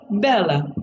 Bella